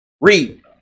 Read